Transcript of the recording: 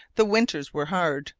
the winters were hard.